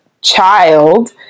child